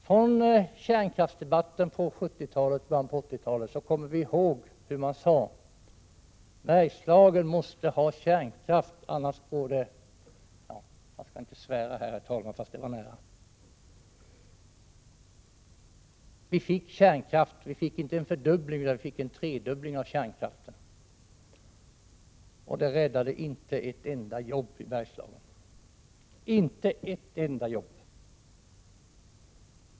Från kärnkraftsdebatten på 1970-talet och början av 1980-talet kommer vi ihåg hur man sade: Bergslagen måste ha kärnkraft, annars går det åt — jag skall inte svära, herr talman, fast det var nära. Vi fick kärnkraft — inte en fördubbling utan en tredubbling — men det räddade inte ett enda jobb i Bergslagen, inte ett enda!